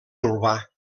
urbà